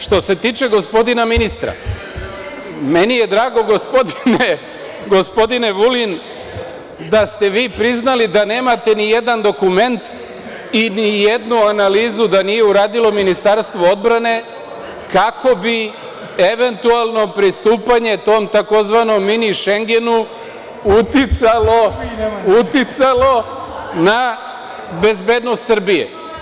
Što se tiče gospodina ministra, meni je drago gospodine Vulin da ste vi priznali da nemate ni jedan dokument i ni jednu analizu da nije uradilo Ministarstvo odbrane kako bi eventualno pristupanje tom tzv. „mini Šengenu“ uticalo na bezbednost Srbije.